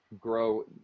grow